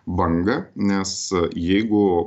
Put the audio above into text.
bangą nes jeigu